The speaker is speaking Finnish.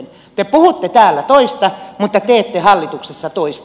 te puhutte täällä toista mutta teette hallituksessa toista